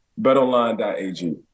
BetOnline.ag